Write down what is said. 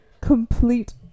complete